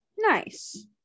Nice